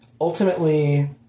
ultimately